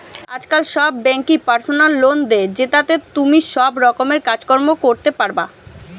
আজকাল সব বেঙ্কই পার্সোনাল লোন দে, জেতাতে তুমি সব রকমের কাজ কর্ম করতে পারবা